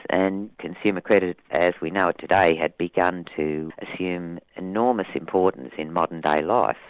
and consumer credit as we know it today, had begun to assume enormous importance in modern day life,